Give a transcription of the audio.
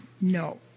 No